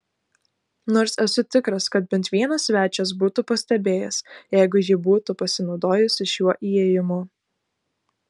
nors esu tikras kad bent vienas svečias būtų pastebėjęs jeigu ji būtų pasinaudojusi šiuo įėjimu